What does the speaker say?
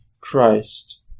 Christ